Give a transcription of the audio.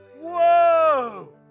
Whoa